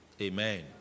Amen